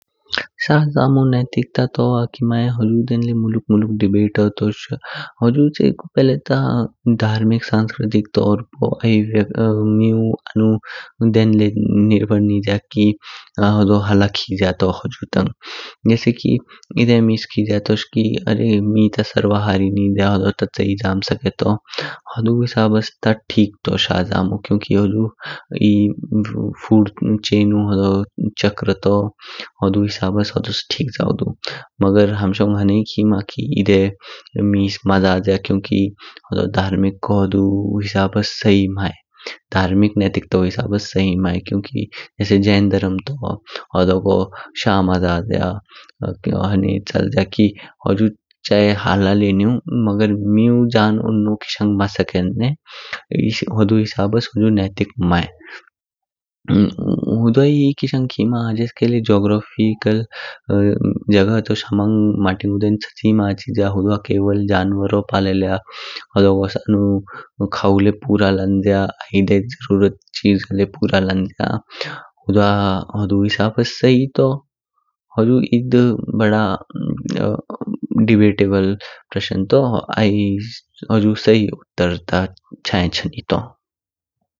शा जामो नेतिक्त तुआ माय हुजु देन ले मुलुक मुलुक डेबाइटो तोश। हुजु छ्येकु पहिले ता धार्मिक सस्कृतिक तोर आई मॆउ आनु देखन लय निर्भर निज्य कि होदो हला खिज्या तो हुजु तंग। जेसे कि एधे मीज खिज्या तोश कि मी ता सर्वहारी निज्या आई होदो ता चाहिये जाम स्केतो, हुदु हिसाब्स ता ठीक तु शा जामो। क्युंकि हुजु ई फूड चेनु चक्र तु, हुदु हिसाब्स होदोस् ठीक जाउ दु। मगर हम शाओंग ह्ने ही खीमा एदेह मेेस मा जाज्य क्युंकि होदो धार्मिक होदो हिसाब्स शी माय। धार्मिक नेतिक्तु हिसाब्स शी मय क्युंकि जेसे जैन धर्म तु होदो गो शा मा जाज्या। हाणे चलज्या कि हुजु चाहे हला ले न्युइ मगेेर मॆयू जान उन्नो मास्केन्न। हुदु हिसाब्स हुजु नीतिक माय। हुद्वाी किशाङ खीमा ह्जेसके लेे जीयोग्रफिकल् जग्ह तोश हमांग मातुदेन चाहि मा हाचिज्या हुद्वा केवल जन्वरो पलयया होदोस् आनु खावु ले पुरा लांज्या, आइदे जरुरतु चिजे ले पुरा लांज्या। हुद्वाओ हुदु हिसाब्स शी तु। हुजु एड् बदा डेबैटेबल् प्रशन तु आई हुजु शी उत्तर ता छैैन छा नितु।